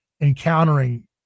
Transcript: encountering